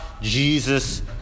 jesus